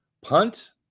punt